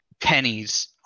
pennies